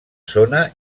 zona